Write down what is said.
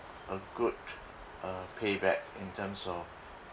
a good uh payback in terms of